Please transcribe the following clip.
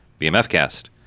bmfcast